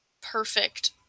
perfect